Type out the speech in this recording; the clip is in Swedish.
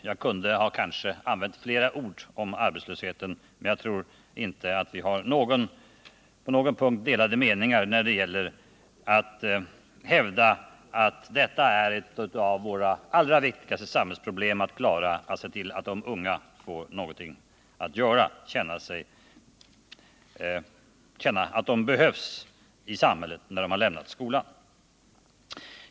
Jag kunde kanske ha använt fler ord på arbetslösheten, men jag tror att vi inte har några delade meningar om att det är en av våra allra viktigaste samhällsuppgifter att se till att de unga får någonting att göra och kan känna att de behövs i samhället när de lämnat skolan.